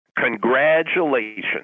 Congratulations